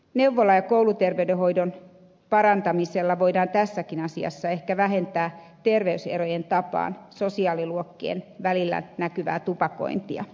neuvola ja kouluterveydenhoidon parantamisella voidaan tässäkin asiassa ehkä vähentää terveyserojen tapaan sosiaaliluokkien välillä näkyvää tupakointia